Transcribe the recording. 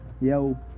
yo